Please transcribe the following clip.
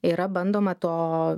yra bandoma to